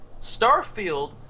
Starfield